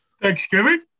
Thanksgiving